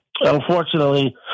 Unfortunately